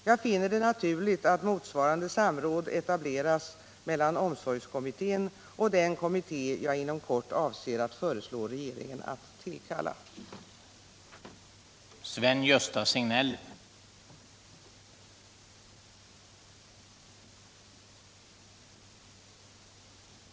Jag finner det naturligt att motsvarande samråd etableras mellan omsorgskommittén och den kommitté jag inom kort avser att föreslå regeringen att tillkalla. handikappade elever i det allmänna skolväsendet